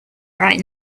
right